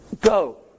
go